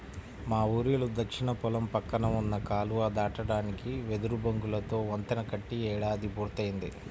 మా ఊరిలో దక్షిణ పొలం పక్కన ఉన్న కాలువ దాటడానికి వెదురు బొంగులతో వంతెన కట్టి ఏడాది పూర్తయ్యింది